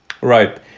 Right